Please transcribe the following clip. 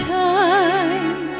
time